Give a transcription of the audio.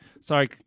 sorry